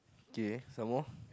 K some more